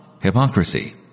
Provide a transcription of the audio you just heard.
hypocrisy